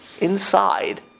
inside